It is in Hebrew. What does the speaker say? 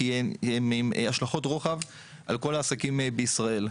כי הם עם השלכות רוחב על כל העסקים בישראל.